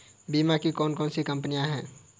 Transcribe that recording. बीमा की कौन कौन सी कंपनियाँ हैं?